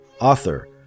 Author